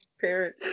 parent